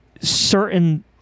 certain